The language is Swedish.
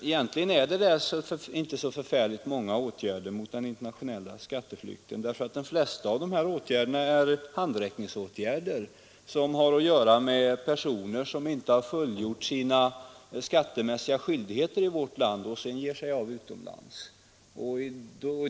Egentligen är det där inte så förfärligt många åtgärder mot den internationella skatteflykten, eftersom de flesta av åtgärderna är handräckningsåtgärder, som har att göra med personer som inte har fullgjort sina skattemässiga skyldigheter i vårt land och sedan ger sig av utomlands.